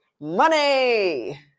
money